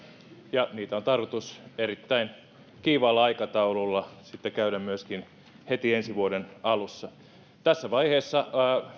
ja niitä on tarkoitus erittäin kiivaalla aikataululla käydä sitten myöskin heti ensi vuoden alussa tässä vaiheessa